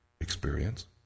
experience